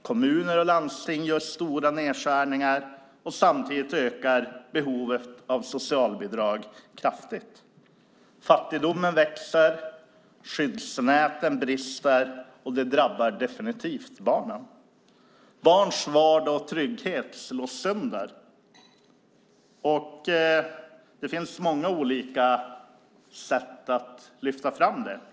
Kommuner och landsting gör stora nedskärningar, och samtidigt ökar behovet av socialbidrag kraftigt. Fattigdomen växer, och skyddsnäten brister, och det drabbar definitivt barnen. Barns vardag och trygghet slås sönder. Det finns många olika sätt att lyfta fram det.